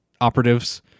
operatives